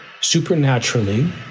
supernaturally